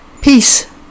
Peace